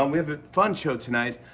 um have a fun show tonight.